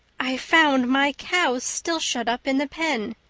i found my cow still shut up in the pen.